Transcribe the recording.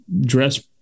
dress